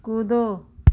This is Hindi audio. कूदो